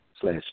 slash